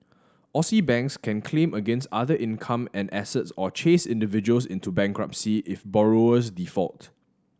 Aussie banks can claim against other income and assets or chase individuals into bankruptcy if borrowers default